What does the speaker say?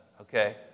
okay